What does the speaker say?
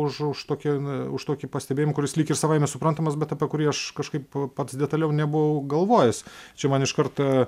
už už tokį n už tokį pastebėjimą kuris lyg ir savaime suprantamas bet apie kurį aš kažkaip pats detaliau nebuvau galvojęs čia man iškart